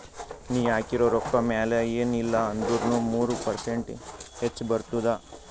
ನೀ ಹಾಕಿದು ರೊಕ್ಕಾ ಮ್ಯಾಲ ಎನ್ ಇಲ್ಲಾ ಅಂದುರ್ನು ಮೂರು ಪರ್ಸೆಂಟ್ರೆ ಹೆಚ್ ಬರ್ತುದ